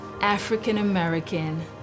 African-American